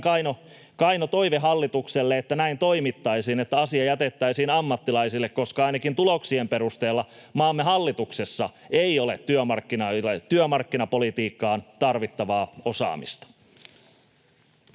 kaino toive hallitukselle, että näin toimittaisiin, että asia jätettäisiin ammattilaisille, koska ainakin tuloksien perusteella maamme hallituksessa ei ole työmarkkinapolitiikkaan tarvittavaa osaamista.